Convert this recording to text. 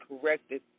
corrected